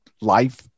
life